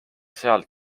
seal